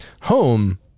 home